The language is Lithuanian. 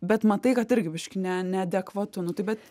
bet matai kad irgi biškį ne neadekvatu nu tai bet